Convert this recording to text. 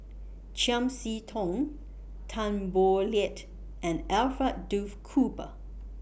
Chiam See Tong Tan Boo Liat and Alfred Duff Cooper